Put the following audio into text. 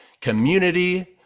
community